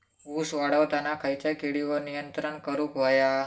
ऊस वाढताना खयच्या किडींवर नियंत्रण करुक व्हया?